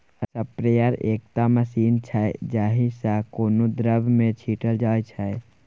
sprayer एकटा machine छै जाहि सँ कोनो द्रब केँ छीटल जाइ छै